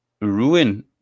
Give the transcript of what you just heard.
ruin